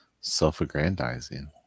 self-aggrandizing